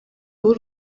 w’u